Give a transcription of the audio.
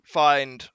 find